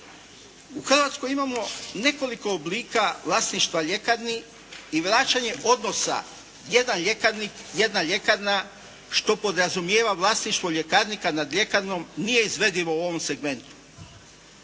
U Hrvatskoj imamo nekoliko oblika vlasništva ljekarni i vraćanje odnosa jedan ljekarnik, jedna ljekarna što podrazumijeva vlasništvo ljekarnika nad ljekarnom nije izvedivo u ovom segmentu.